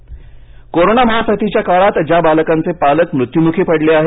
Mumbai corona महा साथीच्या काळात ज्या बालकांचे पालक मृत्युमुखी पडले आहेत